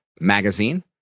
magazine